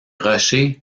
rochers